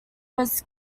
was